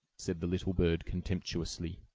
said the little bird, contemptuously.